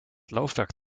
laufwerk